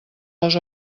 les